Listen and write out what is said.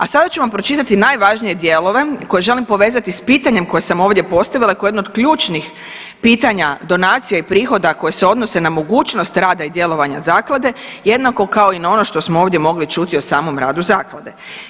A sada ću vam pročitati najvažnije dijelove koje želim povezati s pitanjem koje sam ovdje postavila koje je jedno od ključnih pitanja donacija i prihoda koje se odnose na mogućnost rada i djelovanja zaklade jednako kao i na ono što smo ovdje mogli čuti o samom radu zaklade.